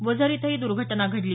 वझर इथं ही दुर्घटना घडली